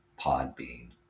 Podbean